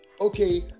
okay